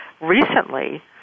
recently